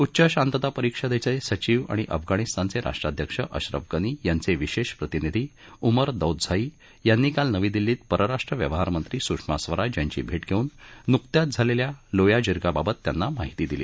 उच्च शांतता परिषदेचे सचिव आणि अफगाणिस्तानचे राष्ट्रध्यक्ष अशरफ गनी यांचे विशेष प्रतिनिधी उमर दौदझाई यांनी काल नवी दिल्लीत परराष्ट्र व्यवहारमंत्री सुषमा स्वराज यांची भेट घेऊन नुकत्याच झालेल्या लोया जिर्गाबाबत त्यांना माहिती दिली